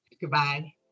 Goodbye